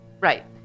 Right